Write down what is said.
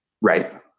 Right